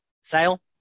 Sale